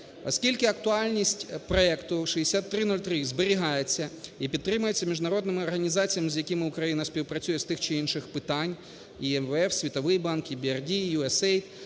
Оскільки актуальність проекту 6306 зберігається і підтримується міжнародними організаціями, з якими Україна співпрацює з тих чи інших питань – і МВФ, Світовий банк і ЕBRD, USA